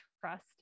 trust